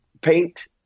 paint